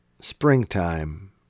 springtime